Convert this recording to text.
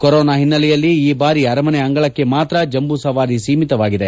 corona ಹಿನ್ನೆಲೆಯಲ್ಲಿ ಈ ಬಾರಿ ಅರಮನೆ ಅಂಗಣಕ್ಕೆ ಮಾತ್ರ ಜಂಬೂ ಸವಾರಿ ಸೀಮಿತವಾಗಿದೆ